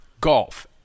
golf